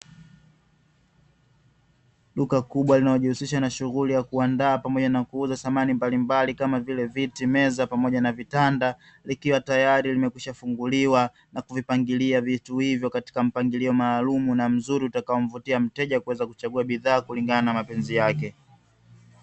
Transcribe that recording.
Duka kubwa linalojihusisha na shughuli ya kuandaa pamoja na kuuza samani mbalimbali kama vile: viti, meza, pamoja na vitanda. Likiwa tayari limekwisha funguliwa na kuvipangilia vitu hivyo katika mpangilio maalumu na mzuri utakayomvutia mteja kuweza kuchagua bidhaa kulingana na mapenzi yake.